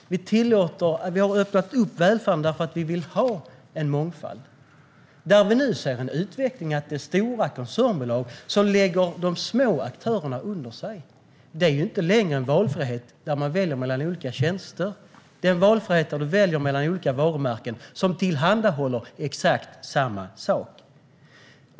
Vi har öppnat upp välfärden därför att vi vill ha mångfald. Här ser vi nu en utveckling där stora koncernbolag lägger de små aktörerna under sig. Det är ju inte längre en valfrihet där man väljer mellan olika tjänster. Det är en valfrihet där man väljer mellan olika varumärken som tillhandahåller exakt samma sak.